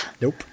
Nope